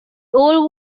old